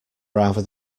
rather